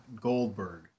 Goldberg